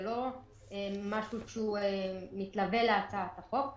זה לא משהו שהוא מתלווה להצעת החוק,